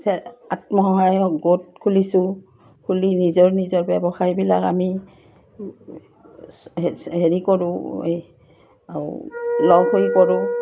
আত্মসহায়ক গোট খুলিছোঁ খুলি নিজৰ নিজৰ ব্যৱসায়বিলাক আমি হেৰি কৰোঁ এই অঁ লগ হৈ কৰোঁ